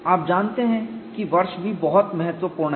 आप जानते हैं कि वर्ष भी बहुत महत्वपूर्ण है